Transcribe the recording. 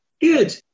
good